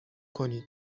کنید